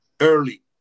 early